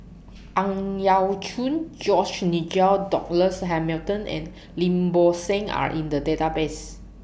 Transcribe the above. Ang Yau Choon George Nigel Douglas Hamilton and Lim Bo Seng Are in The Database